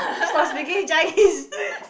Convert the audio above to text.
stop speaking Chinese